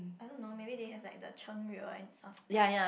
I don't know may be they have like the